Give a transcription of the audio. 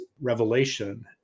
revelation